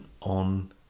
on